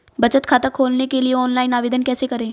बचत खाता खोलने के लिए ऑनलाइन आवेदन कैसे करें?